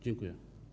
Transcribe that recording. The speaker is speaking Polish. Dziękuję.